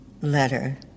letter